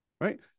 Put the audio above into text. Right